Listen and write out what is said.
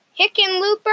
Hickenlooper